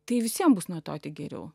tai visiem bus nuo to tik geriau